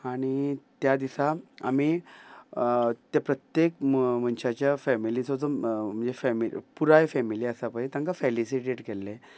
आनी त्या दिसा आमी ते प्रत्येक मनशाच्या फेमिलीचो जो म्हणजे पुराय फेमिली आसा पय तांकां फेलिसिटेट केल्ले